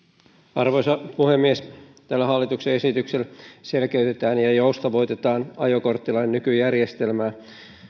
arvoisa puhemies tällä hallituksen esityksellä selkeytetään ja ja joustavoitetaan ajokorttilain nykyjärjestelmää